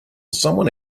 someone